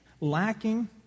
Lacking